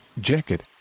Jacket